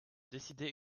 décider